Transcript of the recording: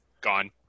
gone